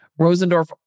Rosendorf